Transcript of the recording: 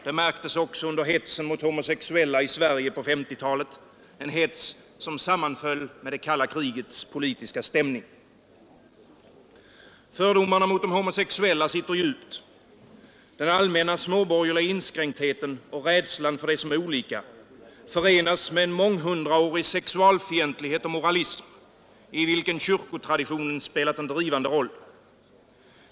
Det märktes också under hetsen mot homosexuella i Sverige på 1950-talet, en hets som sammanföll med det kalla krigets politiska stämning. Fördomarna mot de homosexuella sitter djupt. Den allmänna småborgerliga inskränktheten och rädslan för det som är olika förenas med en månghundraårig sexualfientlighet och moralism, i vilken kyrkotraditionen spelat en drivande roll.